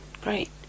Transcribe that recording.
great